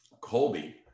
Colby